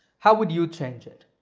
how would you change it?